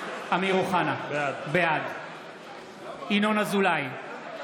אתה מונע מטעמי נקמה חברי הכנסת לוי וסעדה,